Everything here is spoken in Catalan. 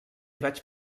vaig